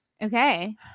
Okay